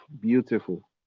Beautiful